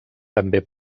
també